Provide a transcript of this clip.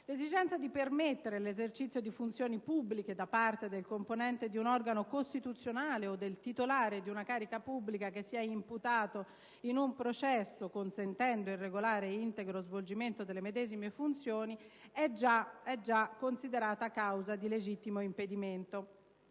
L'esigenza di permettere l'esercizio di funzioni pubbliche da parte del componente di un organo costituzionale o del titolare di una carica pubblica che sia imputato in un processo, consentendo il regolare e integro svolgimento delle medesime funzioni, è già considerata causa di legittimo impedimento